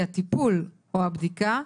שבאמת מוסמך לבוא ולהגיד שלאדם יש את המחלה הזאת.